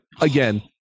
again